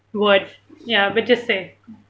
what ya but say